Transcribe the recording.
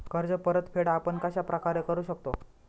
कर्ज परतफेड आपण कश्या प्रकारे करु शकतो?